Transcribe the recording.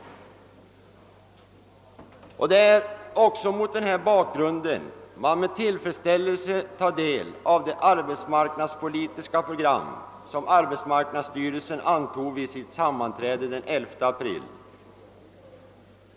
Mot den bakgrunden är det med tillfredsställelse man tar del av det arbetsmarknadspolitiska program som arbetsmarknadsstyrelsen antog vid sitt sammanträde den 11 april.